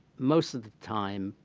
most of the time,